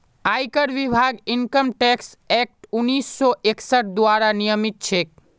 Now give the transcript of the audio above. आयकर विभाग income tax act उन्नीस सौ इकसठ द्वारा नियमित छेक